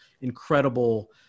incredible